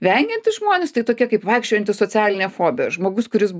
vengiantys žmonės tai tokia kaip vaikščiojanti socialinė fobija žmogus kuris